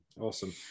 Awesome